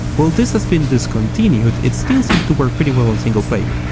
while this has been discontinued it still seems to work pretty well on single player,